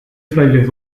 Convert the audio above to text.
frailes